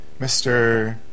Mr